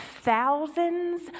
thousands